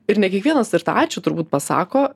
ir ne kiekvienas ir tą ačiū turbūt pasako